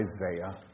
Isaiah